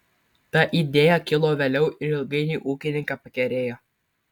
ta idėja kilo vėliau ir ilgainiui ūkininką pakerėjo